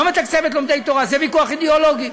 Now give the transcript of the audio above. לא מתקצבת לומדי תורה, זה ויכוח אידיאולוגי.